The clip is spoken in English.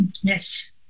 Yes